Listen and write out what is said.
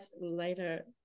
later